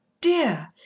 dear